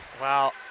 Wow